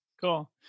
Cool